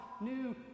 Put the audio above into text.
new